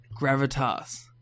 gravitas